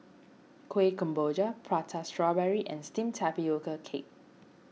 Kueh Kemboja Prata Strawberry and Steamed Tapioca Cake